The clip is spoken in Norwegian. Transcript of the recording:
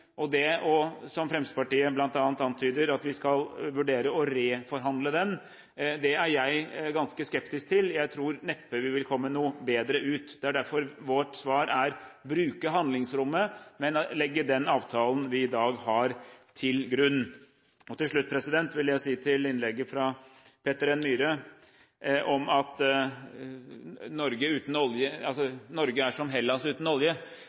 og det at vi skal vurdere å reforhandle den – som Fremskrittspartiet bl.a. antyder – er jeg ganske skeptisk til. Jeg tror neppe vi vil komme noe bedre ut. Det er derfor vårt svar er å bruke handlingsrommet, men legge den avtalen vi i dag har, til grunn. Til slutt vil jeg si til innlegget fra Peter N. Myhre om at Norge er som Hellas uten olje: Det er